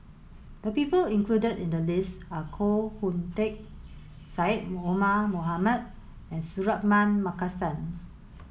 the people included in the list are Koh Hoon Teck Syed Omar Mohamed and Suratman Markasan